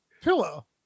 pillow